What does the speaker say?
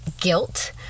guilt